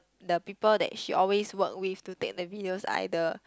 the people that she always work with to take the videos either